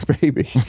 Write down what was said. baby